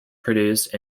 produced